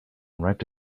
wrapped